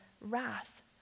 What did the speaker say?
wrath